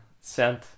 sent